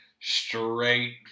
straight